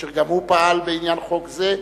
אשר גם הוא פעל בעניין חוק זה,